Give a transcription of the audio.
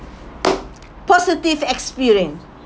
positive experience